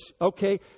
okay